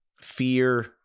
fear